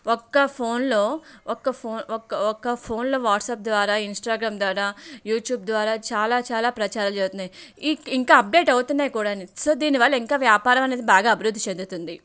ఒక్క ఫోన్లో ఒక్క ఫోన్ ఒక్క ఒక్క ఫోన్లో వాట్సాప్ ద్వారా ఇన్స్టాగ్రామ్ ద్వారా యూట్యూబ్ ద్వారా చాలా చాలా ప్రచారాలు జరుగుతున్నాయి ఇంకా అప్డేట్ అవుతున్నాయి కూడాని సో దీనివల్ల ఇంకా వ్యాపారం అనేది బాగా అభివృద్ధి చెందుతుంది